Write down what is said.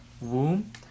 womb